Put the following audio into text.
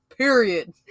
Period